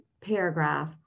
paragraph